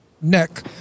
neck